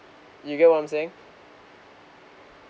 you get what I'm saying